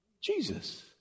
Jesus